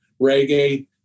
reggae